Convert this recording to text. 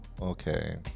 Okay